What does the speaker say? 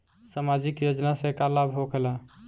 समाजिक योजना से का लाभ होखेला?